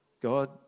God